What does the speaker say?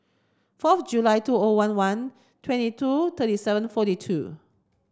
fourth July two O one one twenty two thirty seven forty two